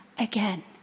again